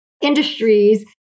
industries